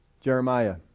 Jeremiah